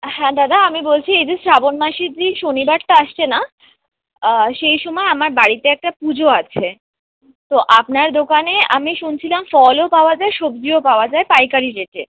হ্যাঁ দাদা আমি বলছি এই যে শ্রাবণ মাসের যেই শনিবারটা আসছে না সেই সময় আমার বাড়িতে একটা পুজো আছে তো আপনার দোকানে আমি শুনছিলাম ফলও পাওয়া যায় সবজিও পাওয়া যায় পাইকারি রেটে